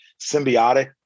symbiotic